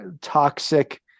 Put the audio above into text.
toxic